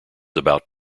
about